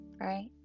Right